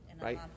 Right